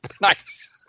Nice